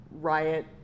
riot